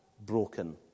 broken